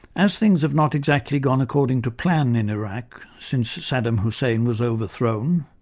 as things have not exactly gone according to plan in iraq since saddam hussein was overthrown,